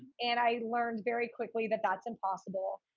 and i learned very quickly that that's impossible.